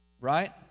Right